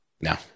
No